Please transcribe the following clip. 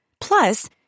Plus